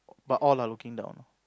but all are looking down